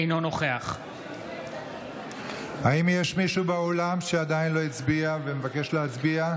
אינו נוכח האם יש מישהו באולם שעדיין לא הצביע ומבקש להצביע?